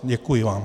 Děkuji vám.